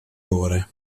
ore